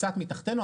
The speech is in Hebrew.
קצת מתחתינו,